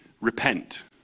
Repent